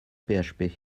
php